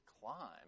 climb